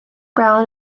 brown